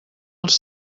els